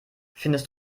findest